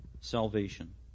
salvation